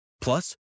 Plus